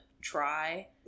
try